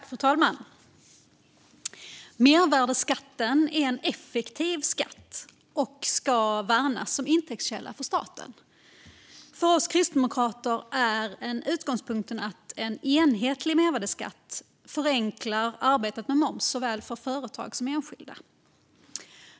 Fru talman! Mervärdesskatten är en effektiv skatt och ska värnas som intäktskälla för staten. För oss kristdemokrater är utgångspunkten att en enhetlig mervärdesskatt förenklar arbetet med moms för såväl företag som enskilda.